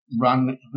run